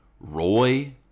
Roy